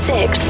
Six